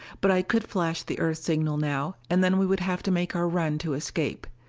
but i could flash the earth signal now, and then we would have to make our run to escape.